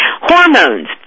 Hormones